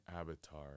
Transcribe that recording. avatar